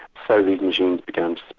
so these machines began